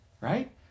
Right